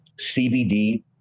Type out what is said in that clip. CBD